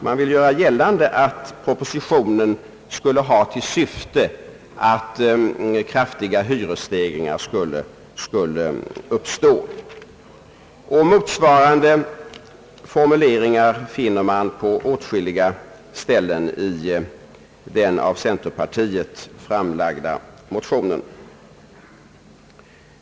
Man vill göra gällande att propositionen skulle ha till syfte att kraftiga hyresstegringar skulle uppstå. Och motsvarande formuleringar finner man på åtskilliga ställen i den av centerpartiet framlagda motionen.